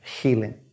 healing